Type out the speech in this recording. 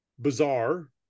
bizarre